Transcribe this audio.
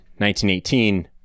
1918